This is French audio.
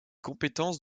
compétences